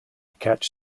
catch